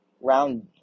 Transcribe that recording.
round